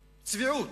צביעות,